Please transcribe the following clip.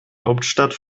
hauptstadt